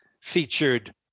featured